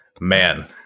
man